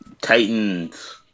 Titans